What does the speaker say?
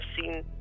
seen